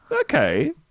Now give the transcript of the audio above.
okay